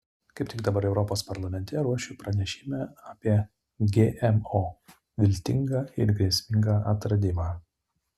kaip tik dabar europos parlamente ruošiu pranešimą apie gmo viltingą ir grėsmingą atradimą